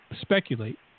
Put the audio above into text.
speculate